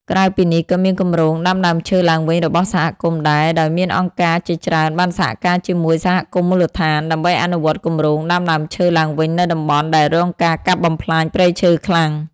ក្រៅពីនេះក៏មានគម្រោងដាំដើមឈើឡើងវិញរបស់សហគមន៍ដែរ ដោយមានអង្គការជាច្រើនបានសហការជាមួយសហគមន៍មូលដ្ឋាន ដើម្បីអនុវត្តគម្រោងដាំដើមឈើឡើងវិញនៅតំបន់ដែលរងការកាប់បំផ្លាញព្រៃឈើខ្លាំង។